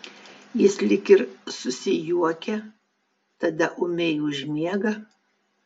jis lyg ir susijuokia tada ūmiai užmiega